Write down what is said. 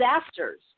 disasters